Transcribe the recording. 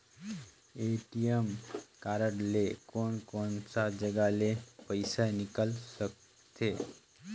ATM card ले कोन कोन सा जगह ले पइसा निकाल सकथे?